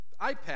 iPad